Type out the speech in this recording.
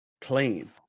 clean